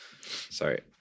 Sorry